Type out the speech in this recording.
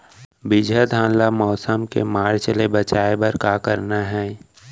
बिजहा धान ला मौसम के मार्च ले बचाए बर का करना है?